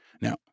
Now